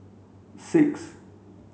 six